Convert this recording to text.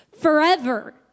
forever